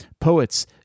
Poets